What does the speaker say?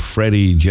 Freddie